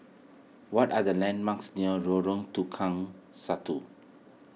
what are the landmarks near Lorong Tukang Satu